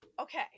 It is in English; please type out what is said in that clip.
Okay